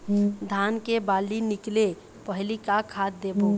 धान के बाली निकले पहली का खाद देबो?